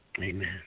Amen